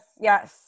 yes